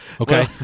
okay